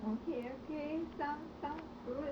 okay okay sounds sounds good